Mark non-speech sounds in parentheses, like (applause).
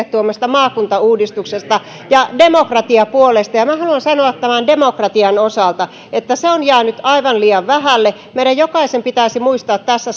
(unintelligible) tuomasta maakuntauudistuksesta ja demokratiapuolesta minä haluan sanoa tämän demokratian osalta että se on jäänyt aivan liian vähälle meidän jokaisen pitäisi muistaa tässä (unintelligible)